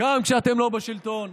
גם כשאתם לא בשלטון.